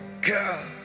God